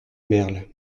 merle